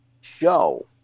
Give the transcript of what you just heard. Show